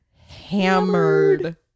hammered